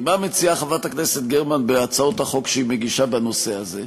כי מה מציעה חברת הכנסת גרמן בהצעות החוק שהיא מגישה בנושא הזה?